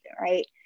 right